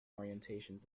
orientations